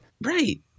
Right